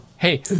hey